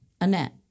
Annette